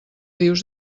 dius